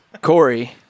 Corey